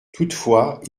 toutefois